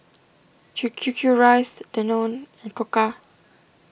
Q Q Q Rice Danone and Koka